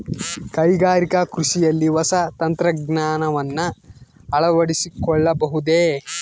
ಕೈಗಾರಿಕಾ ಕೃಷಿಯಲ್ಲಿ ಹೊಸ ತಂತ್ರಜ್ಞಾನವನ್ನ ಅಳವಡಿಸಿಕೊಳ್ಳಬಹುದೇ?